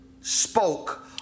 spoke